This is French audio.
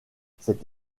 cette